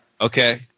Okay